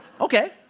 Okay